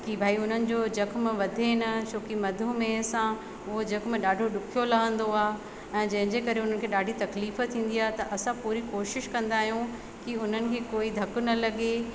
की भाई हुननि जो जख़्म वधे न छोकी मधूमेह सां उहो जख़्म ॾाढो ॾुखयो लहंदो आहे ऐं जंहिंजे करे हुननि खे ॾाढी तकलीफ़ थींदी आहे त असां पूरी कोशिशि कंदा आहियूं की उन्हनि खे कोई धक न लगे